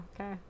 okay